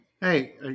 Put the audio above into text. Hey